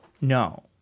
No